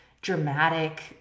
dramatic